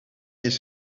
his